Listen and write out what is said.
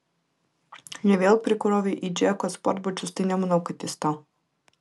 jei vėl prikrovei į džeko sportbačius tai nemanau kad jis tau